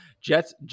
Jets